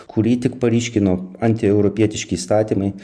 kurį tik paryškino anti europietiški įstatymai